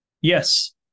Yes